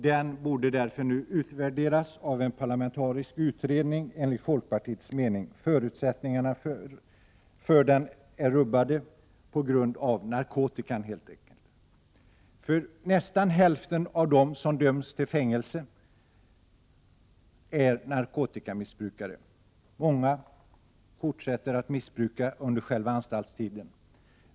Den borde därför nu enligt folkpartiets mening utvärderas av en parlamentarisk utredning. Förutsättningarna för denna reform är helt enkelt rubbade på grund av narkotikan. Nästan hälften av dem som döms till fängelse är narkotikamissbrukare. Många fortsätter att missbruka under själva anstaltstiden.